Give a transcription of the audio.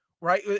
right